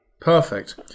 Perfect